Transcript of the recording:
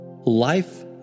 Life